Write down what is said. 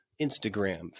Instagram